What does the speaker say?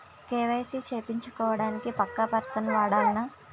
KYC చేపిచ్చుకోవడానికి పక్కా person ఉండాల్నా?